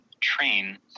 train